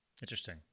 Interesting